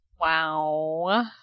Wow